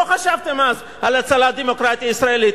לא חשבתם אז על הצלת הדמוקרטיה הישראלית,